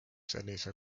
sellise